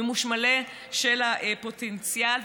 מימוש מלא של הפוטנציאל,